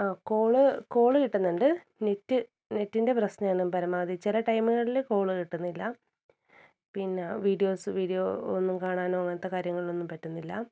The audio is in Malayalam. ആ കോള് കോള് കിട്ടുന്നുണ്ട് നെറ്റ് നെറ്റിൻ്റെ പ്രശ്നമാണ് പരമാവധി ചില ടൈമുകളില് കോള് കിട്ടുന്നില്ല പിന്നെ വീഡിയോസ് വീഡിയോ ഒന്നും കാണാനോ അങ്ങനത്തെ കാര്യങ്ങളിലൊന്നും പറ്റുന്നില്ല